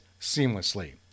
seamlessly